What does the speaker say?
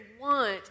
want